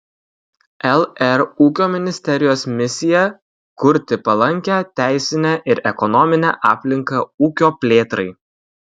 lr ūkio ministerijos misija kurti palankią teisinę ir ekonominę aplinką ūkio plėtrai